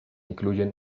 incluyen